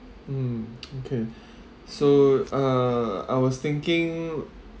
mm okay so uh I was thinking